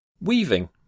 Weaving